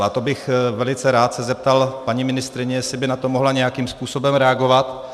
A to bych se velice rád zeptal paní ministryně, jestli by na to mohla nějakým způsobem reagovat.